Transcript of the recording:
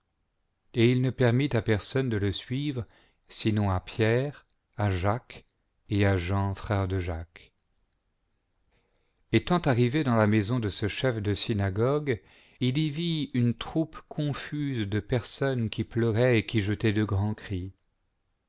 et il ne permit à personne de le suivre sinon à pierre à jacques et à jean frère de jacques étant arrivé dans la maison de ce chef de synagogue il y vit une troupe confuse de personnes qui pleuraient et ui jetaient de grands cris